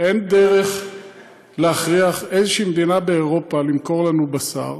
אין דרך להכריח איזושהי מדינה באירופה למכור לנו בשר,